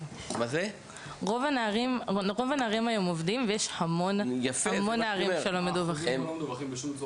רוב הנערים היום עובדים ויש המון שפשוט לא מדווחים.